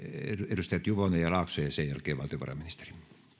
edustajat juvonen ja laakso ja sen jälkeen valtiovarainministeri